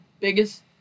biggest